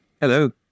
Hello